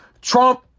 Trump